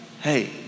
hey